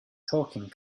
talking